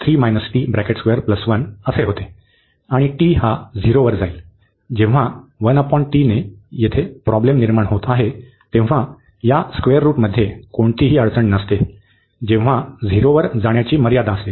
आणि t हा झिरोवर जाईल जेव्हा ने येथे प्रॉब्लेम निर्माण होत आहे तेव्हा या स्क्वेअर रूटमध्ये कोणतीही अडचण नसते जेव्हा 0 वर जाण्याची मर्यादा असते